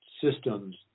systems